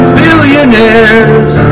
billionaires